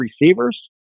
receivers